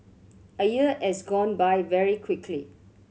a year has gone by very quickly